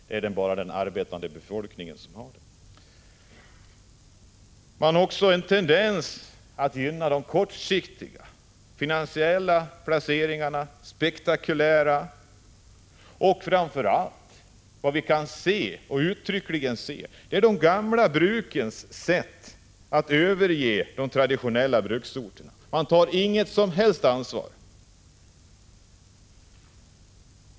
Det är bara den arbetande befolkningen som har det. Man har tendensen att gynna de kortsiktiga, finansiella och spektakulära placeringarna. Framför allt kan vi påtagligt se hur de gamla bruken överger de traditionella bruksorterna. Man tar inget som helst ansvar.